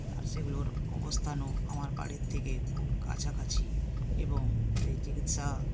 আর সেগুলোর অবস্থানও আমার বাড়ির থেকে খুব কাছাকাছি এবং সেই চিকিৎসা